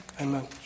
Amen